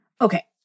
Okay